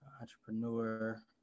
entrepreneur